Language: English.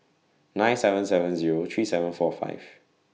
nine seven seven Zero three seven four five